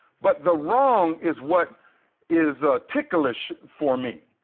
but the wrong is what is, ah, ticklish for me.